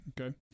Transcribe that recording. Okay